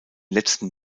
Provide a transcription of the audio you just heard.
letzten